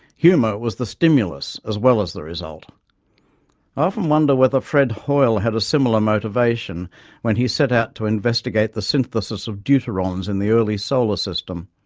humour was the stimulus as well as the result. i often wonder whether fred hoyle had a similar motivation when he set out to investigate the synthesis of deuterons in the early solar system.